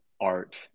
art